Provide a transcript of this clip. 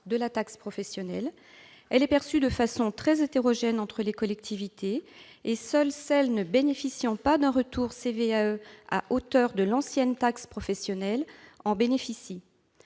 de la taxe professionnelle. Elle est perçue de façon très hétérogène entre les collectivités, et seules celles qui ne bénéficient pas d'un retour CVAE à hauteur de l'ancienne taxe professionnelle en sont